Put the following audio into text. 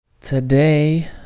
today